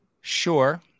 Sure